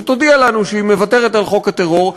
שתודיע לנו שהיא מוותרת על חוק הטרור,